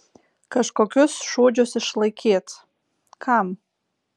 kažkokius šūdžius išlaikyt kam